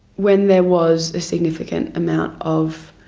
when there was a significant amount of